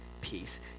peace